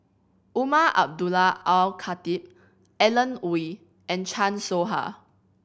Umar Abdullah Al Khatib Alan Oei and Chan Soh Ha